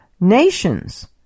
nations